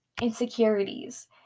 insecurities